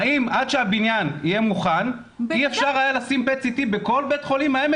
האם עד שהבניין יהיה מוכן אי אפשר היה לשים PET-CT בכל בית חולים העמק,